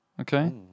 Okay